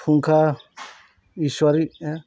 फुंखा इसवारि